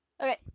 Okay